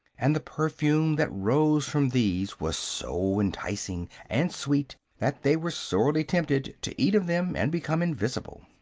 and the perfume that rose from these was so enticing and sweet that they were sorely tempted to eat of them and become invisible.